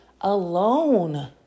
alone